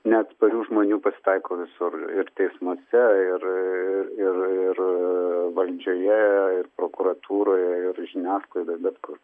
neatsparių žmonių pasitaiko visur ir teismuose ir ir ir valdžioje ir prokuratūroje ir žiniasklaidoje bet kur